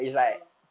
oh